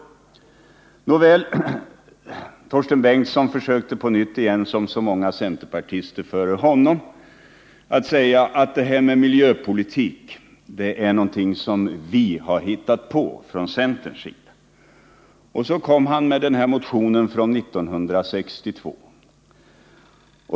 Nåväl, Torsten Bengtson försökte på nytt, som så många centerpartister före honom, att säga att miljöpolitiken är någonting som centern har hittat på. Och så kom han med motionen från 1962.